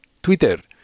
Twitter